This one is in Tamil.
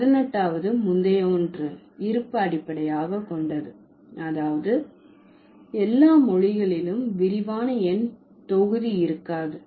18வது முந்தைய ஒன்று இருப்பு அடிப்படையாக கொண்டது அதாவது எல்லா மொழிகளிலும் விரிவான எண் தொகுதி இருக்காது